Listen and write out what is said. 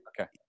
okay